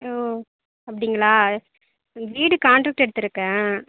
ஓ அப்படிங்களா வீடு காண்ட்ரெக்ட் எடுத்திருக்கேன்